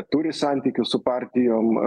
turi santykius su partijom